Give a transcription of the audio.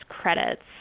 credits